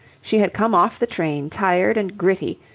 she had come off the train tired and gritty,